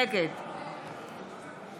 נגד